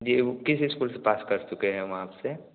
जी वह किस स्कूल से पास कर चुके हैं वहाँ से